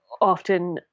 often